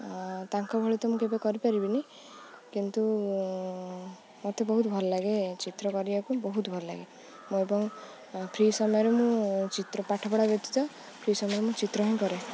ତାଙ୍କ ଭଳି ତ ମୁଁ କେବେ କରିପାରିବିନି କିନ୍ତୁ ମୋତେ ବହୁତ ଭଲ ଲାଗେ ଚିତ୍ର କରିବାକୁ ବହୁତ ଭଲ ଲାଗେ ମୁଁ ଏବଂ ଫ୍ରି ସମୟରେ ମୁଁ ଚିତ୍ର ପାଠପଢ଼ା ବ୍ୟତୀତ ଫ୍ରି ସମୟରେ ମୁଁ ଚିତ୍ର ହିଁ କରେ